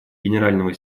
генерального